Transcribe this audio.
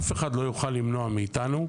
אף אחד לא יוכל למנוע מאיתנו,